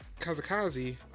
Kazakazi